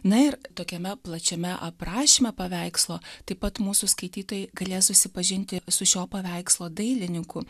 na ir tokiame plačiame aprašyme paveikslo taip pat mūsų skaitytojai galės susipažinti su šio paveikslo dailininku